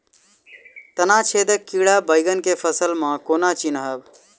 तना छेदक कीड़ा बैंगन केँ फसल म केना चिनहब?